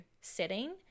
setting